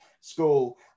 school